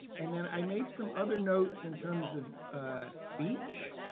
and then i made some other notes in terms of speech,